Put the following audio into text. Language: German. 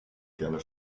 gerne